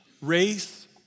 race